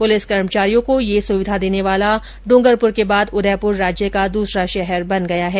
police कर्मचारियों को यह सुविधा देने वाला डूंगरपुर के बाद उदयपुर राज्य का दूसरा शहर बन गया है